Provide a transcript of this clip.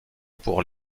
pour